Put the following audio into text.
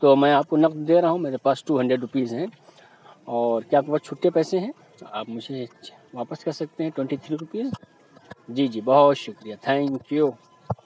تو میں آپ کو نقد دے رہا ہوں میرے پاس ٹو ہنڈریڈ روپیز ہیں اور کیا آپ کے پاس چھٹے پیسے ہیں آپ مجھے واپس کر سکتے ہیں ٹوئنٹی تھری روپیز جی جی بہت شکریہ تھینک یو